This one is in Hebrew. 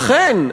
אכן,